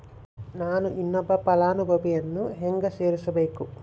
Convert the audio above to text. ನಾನು ಇನ್ನೊಬ್ಬ ಫಲಾನುಭವಿಯನ್ನು ಹೆಂಗ ಸೇರಿಸಬೇಕು?